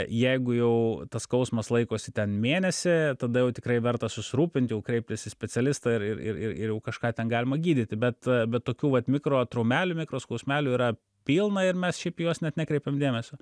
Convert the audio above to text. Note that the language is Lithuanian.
jeigu jau tas skausmas laikosi ten mėnesį tada jau tikrai verta susirūpint jau kreiptis į specialistą ir ir ir ir jau kažką ten galima gydyti bet bet tokių vat mikrotraumelių mikroskausmelių yra pilna ir mes šiaip į juos net nekreipiam dėmesio